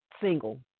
single